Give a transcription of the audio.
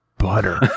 butter